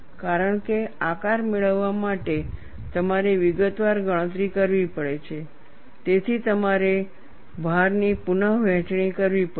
કારણ કે આકાર મેળવવા માટે તમારે વિગતવાર ગણતરી કરવી પડે છે તેથી તમારે ભારની પુનઃવહેંચણી કરવી પડશે